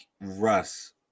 Russ